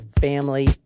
family